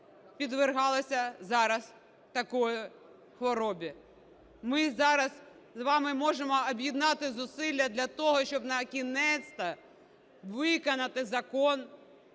підвергалися зараз такій хворобі. Ми зараз з вами можемо об'єднати зусилля для того, щоб накінець-то виконати закон